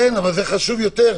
כן, אבל זה חשוב יותר.